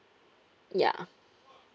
ya